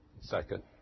Second